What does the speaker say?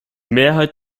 mehrheit